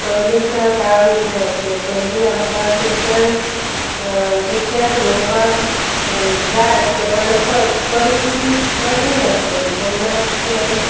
पयलींच्या काळान कितें आसलें पयलीं आमकां शिक्षण शिक्षण घेवपाक जाय आसलें पण परिस्थिती कठीण आसलेली तेन्ना कितें